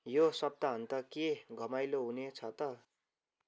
यो सप्ताहान्त के घमाइलो हुने छ त